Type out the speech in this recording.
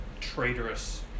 traitorous